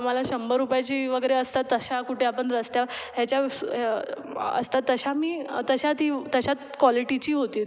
आम्हाला शंभर रुपयाची वगैरे असतात तशा कुठे आपण रस्त्या ह्याच्या असतात तशा मी तशा ती तशात क्वालिटीची होती ती